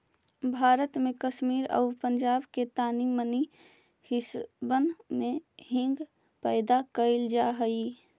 भारत में कश्मीर आउ पंजाब के तानी मनी हिस्सबन में हींग पैदा कयल जा हई